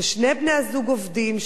ששני בני-הזוג עובדים,